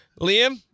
Liam